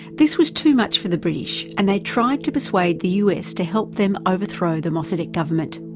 this was too much for the british and they tried to persuade the us to help them over throw the mosaddegh government.